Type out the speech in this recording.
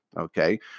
Okay